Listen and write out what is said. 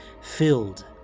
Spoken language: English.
filled